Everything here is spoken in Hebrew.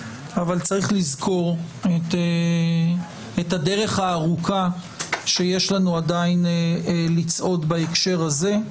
אבל צריך לזכור את הדרך הארוכה שיש לנו עדיין לצעוד בהקשר הזה.